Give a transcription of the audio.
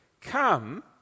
come